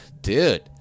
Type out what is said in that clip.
dude